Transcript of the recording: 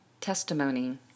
testimony